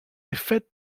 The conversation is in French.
effets